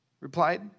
replied